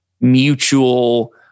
mutual